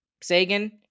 Sagan